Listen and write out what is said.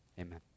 amen